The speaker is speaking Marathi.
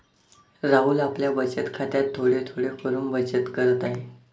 राहुल आपल्या बचत खात्यात थोडे थोडे करून बचत करत आहे